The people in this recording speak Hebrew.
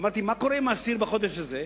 אמרתי: מה קורה עם האסיר בחודש הזה?